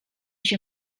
się